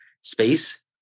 space